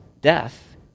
death